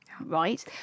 right